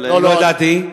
אתה צודק, לא ידעתי.